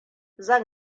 zan